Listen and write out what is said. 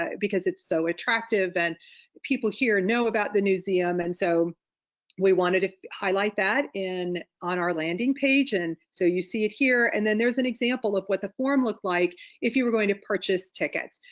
because it's so attractive, and people here know about the newseum, and so we wanted to highlight that in on our landing page. and so you see it here. and then there's an example of what the form looks like if you were going to purchase tickets.